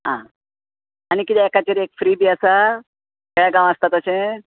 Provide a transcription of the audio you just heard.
आं आनी कितें एकाचेर एक फ्री बी आसा बेळगांव आसता तशे